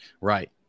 right